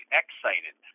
excited